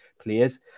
players